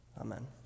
Amen